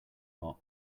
pot